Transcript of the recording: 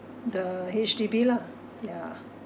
the H_D_B lah ya